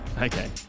Okay